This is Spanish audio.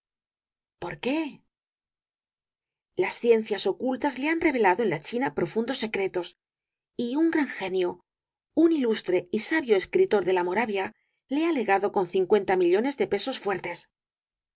por qué las ciencias ocultas le han revelado en la china profundos secretos y un gran genio un ilustre y sabio escritor de la moravia le ha legado con cincuenta millones de pesos fuertes